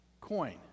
coin